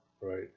Right